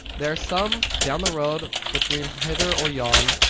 there are some, down the road between hither or yon,